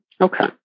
Okay